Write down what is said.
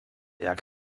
jak